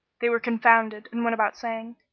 they were confounded and went about saying,